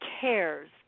cares